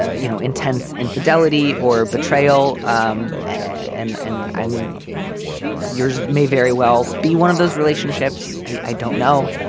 ah you know, intense infidelity or betrayal. um and and i'm yours may very well be one of those relationships. i don't know.